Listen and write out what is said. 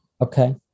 okay